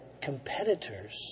competitors